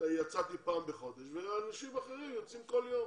יצאתי פעם בחודש ואנשים אחרים יוצאים כל יום.